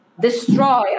destroy